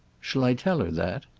shall i tell her that?